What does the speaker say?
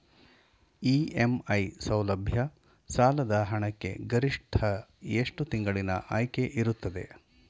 EMI ಸೌಲಭ್ಯ ಸಾಲದ ಹಣಕ್ಕೆ ಗರಿಷ್ಠ ಎಷ್ಟು ತಿಂಗಳಿನ ಆಯ್ಕೆ ಇರುತ್ತದೆ?